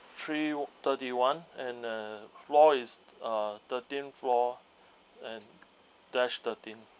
three thirty one and uh floor is uh thirteenth floor and dash thirteen